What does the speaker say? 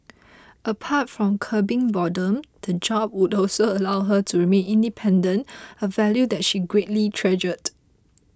apart from curbing boredom the job would also allow her to remain independent a value that she greatly treasured